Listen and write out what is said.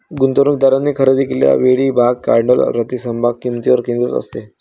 गुंतवणूकदारांनी खरेदी केलेल्या वेळी भाग भांडवल प्रति समभाग किंमतीवर केंद्रित असते